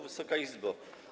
Wysoka Izbo!